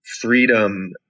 freedom